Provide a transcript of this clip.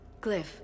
Glyph